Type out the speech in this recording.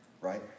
right